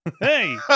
hey